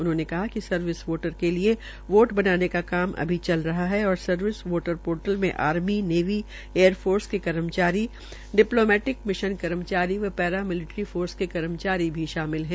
उन्होंने कहा कि सर्विस वोटर के लिये वोट बनाने का काम अभी चल रहा है और सर्विस वोटर पोर्टल में आर्मी नेवी एयफोर्स के कर्मचारी डिपलोमैटिक मिशन कर्मचारी व पैरामिल्ट्री फोर्स के कर्मचारी भी शामिल है